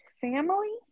family